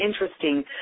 interesting